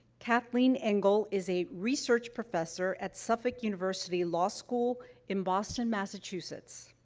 kathleen engel is a research professor at suffolk university law school in boston, massachusetts.